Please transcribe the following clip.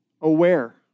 aware